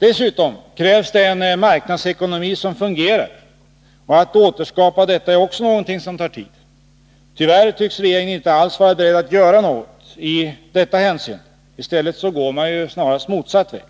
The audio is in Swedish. Dessutom krävs en marknadsekonomi som fungerar, och att återskapa detta är också någonting som tar tid. Tyvärr tycks regeringen inte alls vara beredd att göra något i detta hänseende — i stället går man snarare motsatt väg.